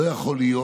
לא יכול להיות